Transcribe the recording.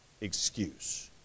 excuse